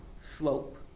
slope